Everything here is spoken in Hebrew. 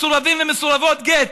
מסורבים ומסורבות גט,